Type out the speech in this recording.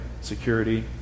Security